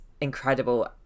incredible